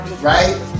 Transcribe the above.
right